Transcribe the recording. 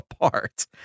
apart